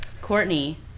Courtney